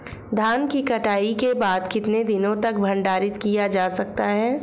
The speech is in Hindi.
धान की कटाई के बाद कितने दिनों तक भंडारित किया जा सकता है?